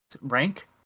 Rank